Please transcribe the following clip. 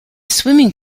swimming